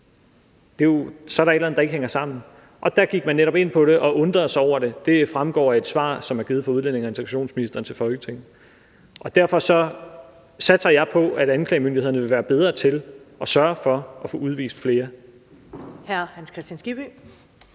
Så er der et eller andet, der ikke hænger sammen. Der gik man netop ind og undrede sig over det. Det fremgår af et svar, som er givet fra udlændinge- og integrationsministeren til Folketinget. Derfor satser jeg på, at anklagemyndigheden vil blive bedre til at sørge for at få udvist flere.